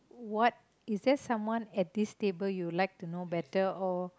what is there someone at this table you would like to know better or